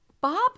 Bob